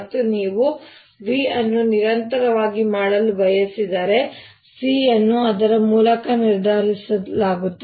ಮತ್ತು ನೀವು V ಅನ್ನು ನಿರಂತರವಾಗಿ ಮಾಡಲು ಬಯಸಿದರೆ C ಅನ್ನು ಅದರ ಮೂಲಕ ನಿರ್ಧರಿಸಲಾಗುತ್ತದೆ